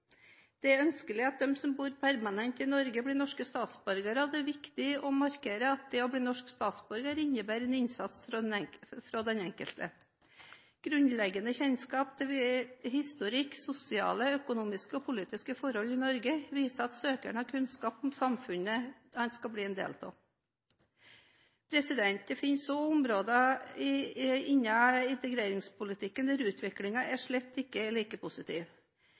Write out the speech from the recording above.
Det er ønskelig at de som bor permanent i Norge, blir norske statsborgere, og det er viktig å markere at det å bli norsk statsborger innebærer en innsats fra den enkelte. Grunnleggende kjennskap til historikk, sosiale, økonomiske og politiske forhold i Norge viser at søkeren har kunnskap om samfunnet han skal bli en del av. Det finnes også områder innen integreringspolitikken der utviklingen slett ikke er like positiv.